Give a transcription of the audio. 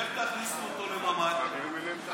איך תכניסו אותו לממ"ד?